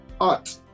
art